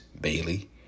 Bailey